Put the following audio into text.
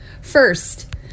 first